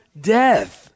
Death